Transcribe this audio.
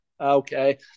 Okay